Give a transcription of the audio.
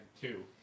two